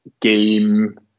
game